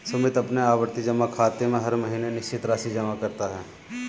सुमित अपने आवर्ती जमा खाते में हर महीने निश्चित राशि जमा करता है